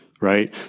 right